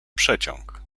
przeciąg